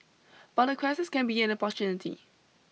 but a crisis can be an opportunity